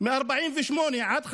מ-1948 עד 1953,